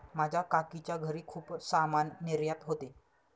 माझ्या काकीच्या घरी खूप सामान निर्यात होते